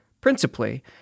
Principally